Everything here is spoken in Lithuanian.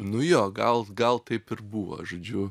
nu jo gal gal taip ir buvo žodžiu